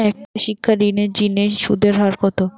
একটা শিক্ষা ঋণের জিনে সুদের হার কত?